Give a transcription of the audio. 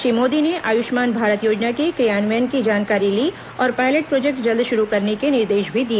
श्री मोदी ने आयुष्मान भारत योजना के क्रियान्वयन की जानकारी ली और पायलेट प्रोजेक्ट जल्द शुरू करने के निर्देश भी दिए